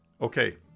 Okay